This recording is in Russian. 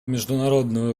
международного